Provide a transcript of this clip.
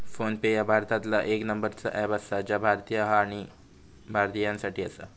phone पे ह्या भारतातला येक नंबरचा अँप आसा जा भारतीय हा आणि भारतीयांसाठी आसा